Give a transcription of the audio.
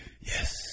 Yes